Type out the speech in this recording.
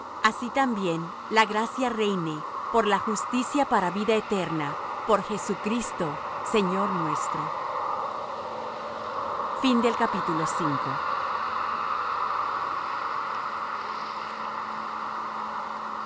así también la gracia reine por la justicia para vida eterna por jesucristo señor nuestro